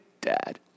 dad